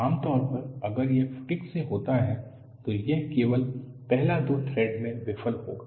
आमतौर पर अगर यह फटिग से होता है तो यह केवल पहला दो थ्रेड में विफल होगा